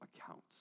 accounts